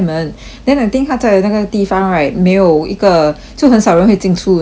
then I think 他在那个地方 right 没有一个就很少人会进出的那种 mah